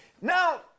now